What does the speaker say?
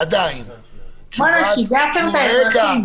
אולי משרד הבריאות.